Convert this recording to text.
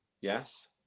Yes